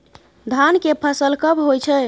धान के फसल कब होय छै?